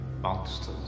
Monsters